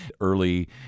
early